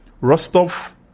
Rostov